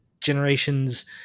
generations